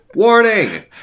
Warning